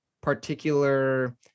particular